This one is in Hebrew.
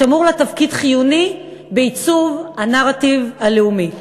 ושמור לה תפקיד חיוני בעיצוב הנרטיב הלאומי.